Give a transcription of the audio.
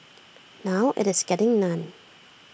now IT is getting none